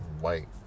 White